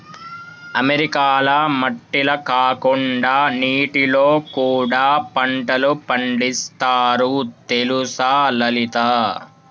అమెరికాల మట్టిల కాకుండా నీటిలో కూడా పంటలు పండిస్తారు తెలుసా లలిత